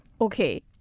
Okay